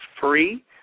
free